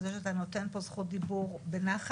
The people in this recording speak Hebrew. על זה שאתה נותן פה זכות דיבור בנחת,